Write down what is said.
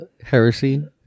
heresy